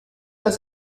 das